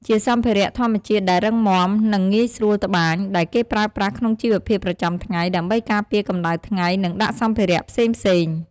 ជាសម្ភារៈធម្មជាតិដែលរឹងមាំ និងងាយស្រួលត្បាញ ដែលគេប្រើប្រាស់ក្នុងជីវភាពប្រចាំថ្ងៃ ដើម្បីការពារកម្ដៅថ្ងៃ និងដាក់សម្ភារៈផ្សេងៗ។